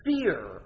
fear